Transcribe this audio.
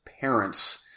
parents